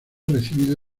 recibido